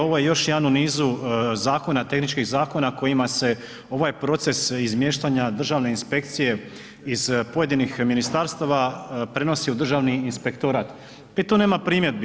Ovo je još jedan u nizu zakona, tehničkih zakona kojima se ovaj proces izmještanja državne inspekcije iz pojedinih ministarstava prenosi u Državni inspektorat i to nema primjedbi.